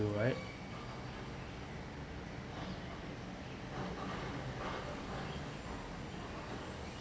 you right